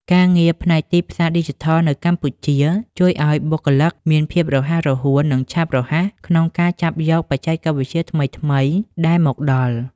ការងារផ្នែកទីផ្សារឌីជីថលនៅកម្ពុជាជួយឱ្យបុគ្គលិកមានភាពរហ័សរហួន និងឆាប់រហ័សក្នុងការចាប់យកបច្ចេកវិទ្យាថ្មីៗដែលមកដល់។